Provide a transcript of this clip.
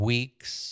Weeks